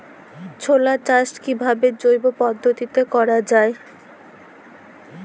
ছোলা চাষ কিভাবে জৈব পদ্ধতিতে করা যায়?